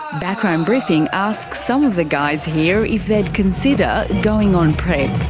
background briefing asks some of the guys here if they'd consider going on prep.